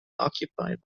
occupied